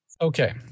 Okay